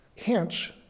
Hence